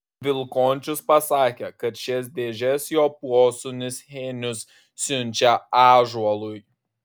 vilkončius pasakė kad šias dėžes jo posūnis henius siunčia ąžuolui